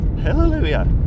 hallelujah